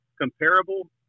comparable